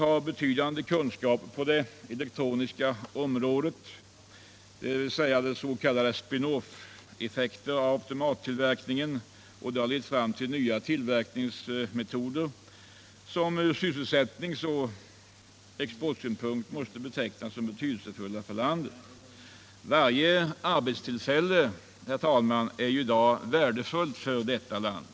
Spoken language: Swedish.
Dess betydande kunskaper på det elektroniska området och s.k. spin-off-effekter av automattillverkningen har lett fram till nya tillverkningsmöjligheter, som ur sysselsättningsoch exportsynpunkt måste betecknas som betydelsefulla för landet. Varje arbetstillfälle är ju i dag värdefullt för detta land.